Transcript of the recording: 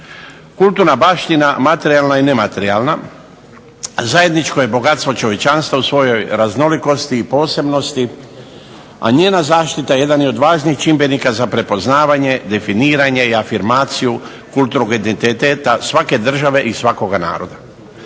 Kulturna baština, materijalna i nematerijalna, zajedničko je bogatstvo čovječanstva u svojoj raznolikosti i posebnosti, a njena zaštita jedan je od važnih čimbenika za prepoznavanje, definiranje i afirmaciju kulturnog identiteta svake države i svakoga naroda.